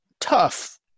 tough